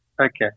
Okay